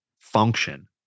function